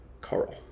Carl